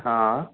हा